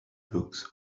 books